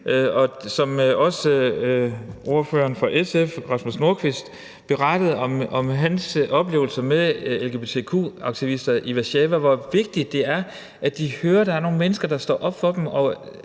Og som også ordføreren for SF, Rasmus Nordqvist, sagde, da han berettede om sine oplevelser med lgbtq-aktivister i Warszawa, er det vigtigt, at de hører, der er nogle mennesker, der står op for dem